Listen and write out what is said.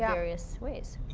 various ways.